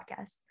podcast